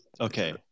Okay